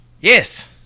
Yes